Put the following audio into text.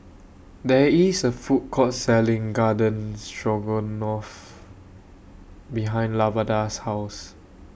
There IS A Food Court Selling Garden Stroganoff behind Lavada's House